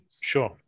Sure